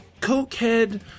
Cokehead